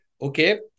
Okay